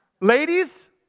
Ladies